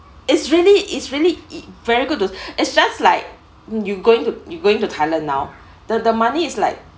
it's really it's really very good it's just like you going to you're going to thailand now that the money is like